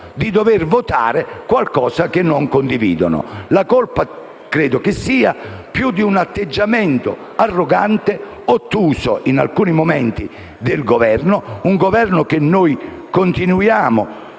di dover votare qualcosa che non condividono. La colpa credo sia da attribuire all'atteggiamento arrogante, ottuso in alcuni momenti, del Governo, un Governo che noi continuiamo